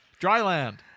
Dryland